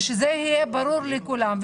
ושיהיה ברור לכולם,